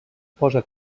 posa